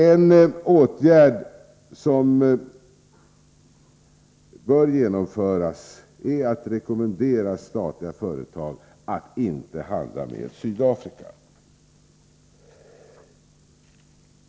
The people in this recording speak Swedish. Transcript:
En åtgärd som bör genomföras är att rekommendera statliga företag att inte handla med Sydafrika.